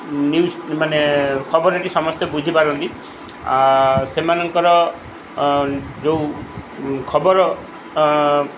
news ମାନେ ଖବର ଏଠି ସମସ୍ତେ ବୁଝିପାରନ୍ତି ସେମାନଙ୍କର ଯେଉଁ ଖବର